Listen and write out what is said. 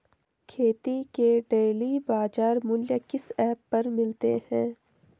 खेती के डेली बाज़ार मूल्य किस ऐप पर मिलते हैं?